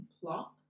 plot